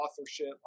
authorship